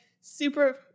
super